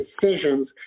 decisions